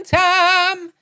time